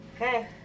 Okay